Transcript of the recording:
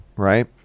Right